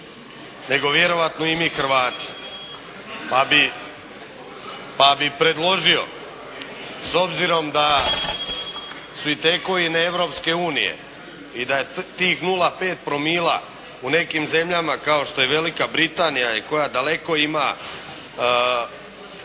nego vjerojatno i mi Hrvati pa bi predložio s obzirom da su i tekovine Europske unije i da je tih 0,5 promila u nekim zemljama kao što je Velika Britanija i koja daleko ima